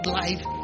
life